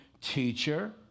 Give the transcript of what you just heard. Teacher